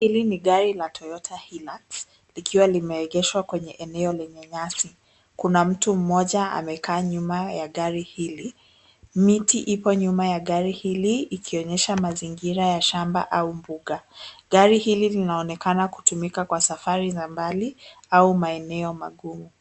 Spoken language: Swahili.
Hili ni gari la Toyota Hilux likiwa limeegeshwa kwenye eneo lenye nyasi. Kuna mtu mmoja amekaa nyuma ya gari hili. Miti ipo nyuma ya gari hili ikionyesha mazingira ya mashamba au mbuga. Gari hili linaonekana kutumika kwa safari za mbali au maeneo magumu.